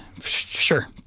Sure